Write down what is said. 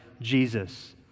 Jesus